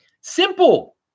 Simple